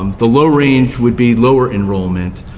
um the low range would be lower enrollment.